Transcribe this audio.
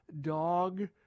dog